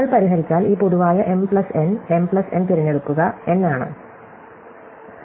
നമ്മൾ പരിഹരിച്ചാൽ ഈ പൊതുവായ m plus n m plus n തിരഞ്ഞെടുക്കുക n ആണ്